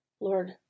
Lord